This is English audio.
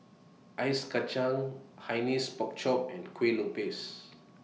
Ice Kachang Hainanese Pork Chop and Kueh Lopes